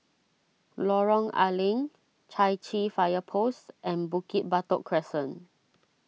Lorong A Leng Chai Chee Fire Post and Bukit Batok Crescent